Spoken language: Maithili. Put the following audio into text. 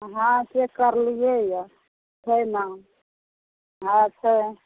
हँ से करलिए यऽ छै नहि अच्छे